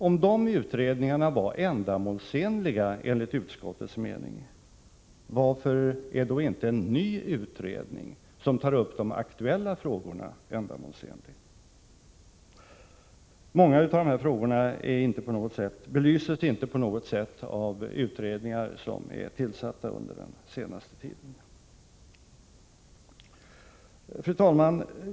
: Om de utredningarna enligt utskottets mening var ändamålsenliga, varför är då inte en ny utredning, som tar upp de aktuella frågorna, ändamålsenlig? Många av dessa frågor belyses inte på något sätt av utredningar som är tillsatta under den senaste tiden. Fru talman!